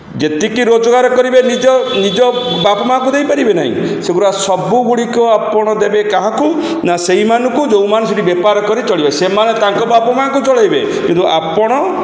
ଯେତିକି ରୋଜଗାର କରିବେ ନିଜ ନିଜ ବାପ ମା'ଙ୍କୁ ଦେଇପାରିବେ ନାହିଁ ସେଗୁଡ଼ା ସବୁଗୁଡ଼ିକ ଆପଣ ଦେବେ କାହାକୁ ନା ସେହିମାନଙ୍କୁ ଯେଉଁମାନେ ସେଠି ବେପାର କରି ଚଳିବେ ସେମାନେ ତାଙ୍କ ବାପା ମାଆଙ୍କୁ ଚଳାଇବେ କିନ୍ତୁ ଆପଣ